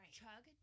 chug